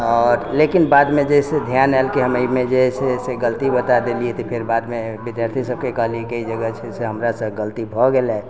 आओर लेकिन बादमे जे है से ध्यान आयल कि हम एहिमे जे हइ से गलती बता देलियै तऽ फेर बादमे विद्यार्थी सबकेँ कहलियै कि जे छै से हमरासँ गलती भऽ गेलै